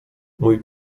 mój